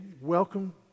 Welcome